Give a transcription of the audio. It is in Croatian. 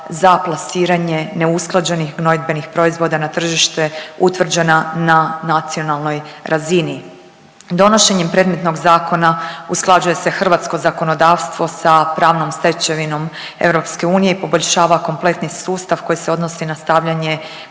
za plasiranje neusklađenih gnojidbenih proizvoda na tržište utvrđena na nacionalnoj razini. Donošenjem predmetnog zakona usklađuje se hrvatsko zakonodavstvo sa pravnom stečevinom EU i poboljšava kompletni sustav koji se odnosi na stavljanje